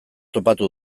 topatu